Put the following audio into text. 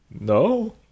No